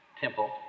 temple